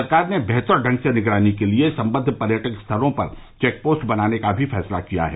सरकार ने बेहतर ढ़ंग से निगरानी के लिए संबद्द पर्यटक स्थलों पर चैकपोस्ट बनाने का भी फैसला किया है